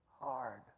hard